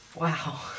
Wow